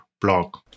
blog